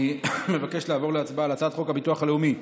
אני מבקש לעבור להצבעה על הצעת חוק הביטוח הלאומי (תיקון,